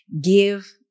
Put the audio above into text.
Give